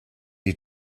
you